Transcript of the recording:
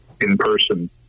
in-person